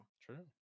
True